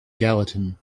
gallatin